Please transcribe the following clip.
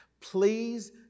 Please